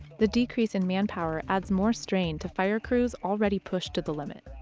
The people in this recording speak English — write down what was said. the decrease in manpower adds more strain to fire crews already pushed to the limit.